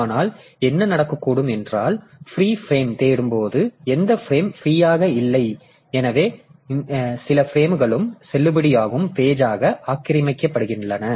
ஆனால் என்ன நடக்கக்கூடும் என்றால் ஃப்ரீ பிரேம் தேடும் போது எந்த ப்ரேமம் ஃப்ரீயாக இல்லை எனவே சில பிரேம்களும் செல்லுபடியாகும் பேஜ் ஆக ஆக்கிரமிக்கப்பட்டுள்ளன